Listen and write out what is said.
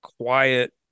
quiet